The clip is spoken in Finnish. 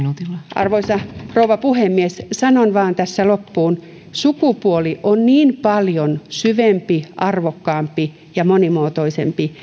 arvoisa rouva puhemies sanon vain tässä loppuun sukupuoli on niin paljon syvempi arvokkaampi ja monimuotoisempi